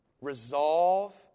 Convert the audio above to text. Resolve